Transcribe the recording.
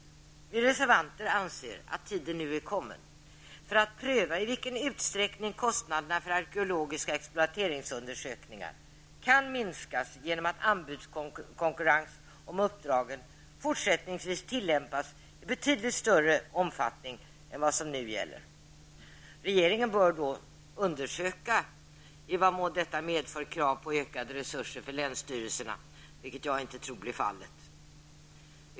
Vi reservanter anser att tiden nu är kommen för att pröva i vilken utsträckning kostnaderna för arkeologiska exploateringsundersökningar kan minskas genom att anbudskonkurrens om uppdragen fortsättningsvis tillämpas i betydligt större omfattning än vad som nu gäller. Regeringen bör undersöka i vad mån detta medför krav på ökade resurser för länsstyrelserna -- vilket jag inte tror blir fallet.